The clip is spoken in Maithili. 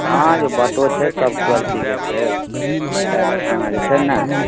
हँ यौ बाटो छै सब क्वालिटीके छै अहाँ जे छै ने